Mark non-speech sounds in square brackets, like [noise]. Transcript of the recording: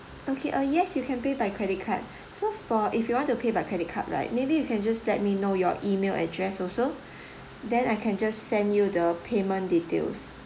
okay uh yes you can pay by credit card [breath] so for if you want to pay by credit card right maybe you can just let me know your email address also [breath] then I can just send you the payment details